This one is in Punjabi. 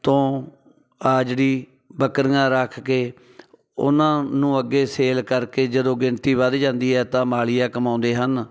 ਤੋਂ ਆਹ ਜਿਹੜੀ ਬੱਕਰੀਆਂ ਰੱਖ ਕੇ ਉਹਨਾਂ ਨੂੰ ਅੱਗੇ ਸੇਲ ਕਰਕੇ ਜਦੋਂ ਗਿਣਤੀ ਵੱਧ ਜਾਂਦੀ ਹੈ ਤਾਂ ਮਾਲੀਆ ਕਮਾਉਂਦੇ ਹਨ